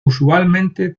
usualmente